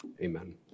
Amen